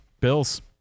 Bills